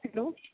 hello